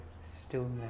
stillness